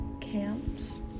camps